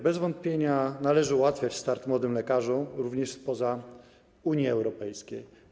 Bez wątpienia należy ułatwiać start młodym lekarzom, również spoza Unii Europejskiej.